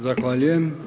Zahvaljujem.